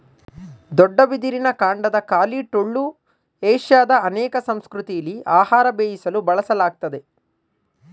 ದೊಡ್ಡ ಬಿದಿರಿನ ಕಾಂಡದ ಖಾಲಿ ಟೊಳ್ಳು ಏಷ್ಯಾದ ಅನೇಕ ಸಂಸ್ಕೃತಿಲಿ ಆಹಾರ ಬೇಯಿಸಲು ಬಳಸಲಾಗ್ತದೆ